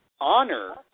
honor